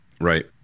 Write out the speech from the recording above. right